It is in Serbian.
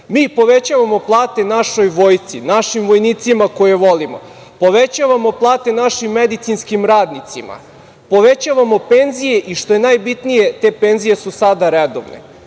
povećavamo plate našoj vojsci, našim vojnicima koje volimo, povećavamo plate našim medicinskim radnicima, povećavamo penzije i, što je najbitnije, te penzije su sada redovne.